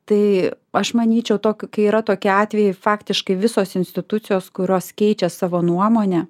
tai aš manyčiau tokiu kai yra tokie atvejai faktiškai visos institucijos kurios keičia savo nuomonę